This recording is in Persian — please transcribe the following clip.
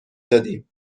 دادیم